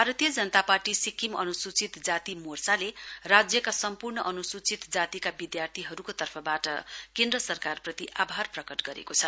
भारतीय जनता पार्टी सिक्किम अनुसूचित जाति मोर्चाले राज्यका सम्पूर्ण अनुसूचित जातिका विद्यार्थीहरूको तर्फबाट केन्द्र सरकारप्रति आभार प्रकट गरेको छ